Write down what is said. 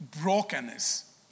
Brokenness